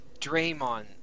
Draymond